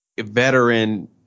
veteran